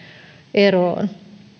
eroon